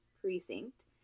precinct